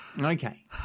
Okay